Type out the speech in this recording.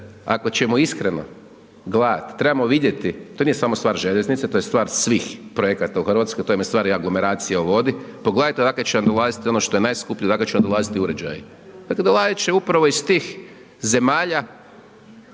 ako ćemo iskreno gledat trebamo vidjeti to nije samo stvar željeznice to je stvar svih projekata u Hrvatskoj to je u stvari aglomeracija u vodi, pogledajte odakle će vam dolaziti ono što je najskuplje, odakle će vam dolaziti uređaji. Dakle dolazit će upravo iz tih zemalja